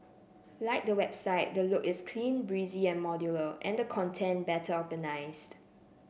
like the website the look is clean breezy and modular and the content better organised